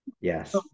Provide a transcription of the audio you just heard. Yes